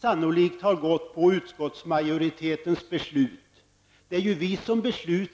sannolikt har gått på utskottsmajoritetens förslag. Det är ju vi som beslutar.